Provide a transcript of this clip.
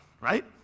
right